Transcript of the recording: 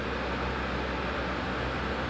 oh that's cool